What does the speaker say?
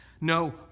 no